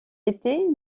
été